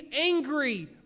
angry